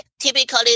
Typically